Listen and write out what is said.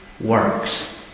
works